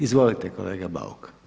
Izvolite kolega Bauk.